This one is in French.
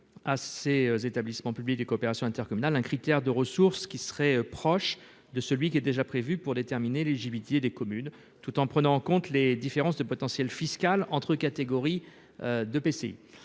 à ces établissements publics de coopération intercommunale un critère de ressources qui serait proche de celui qui est déjà prévu pour déterminer les JT des communes tout en prenant en compte les différences de potentiel fiscal entre catégories de PC,